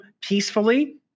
peacefully